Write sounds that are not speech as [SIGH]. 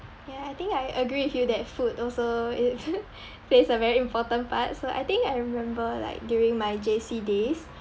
ya I think I agree with you that food also it [NOISE] plays a very important part so I think I remember like during my J_C days